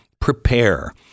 prepare